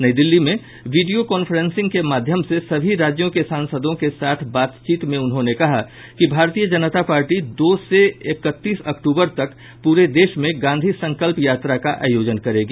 नई दिल्ली में video conferencing के माध्यम से सभी राज्यों के सांसदों के साथ बातचीत में उन्होंने कहा कि भारतीय जनता पार्टी दो से इकतीस अक्टूबर तक पूरे देश में गांधी संकल्प यात्रा का आयोजन करेगी